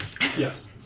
Yes